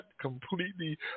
completely